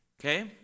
Okay